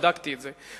בדקתי את זה,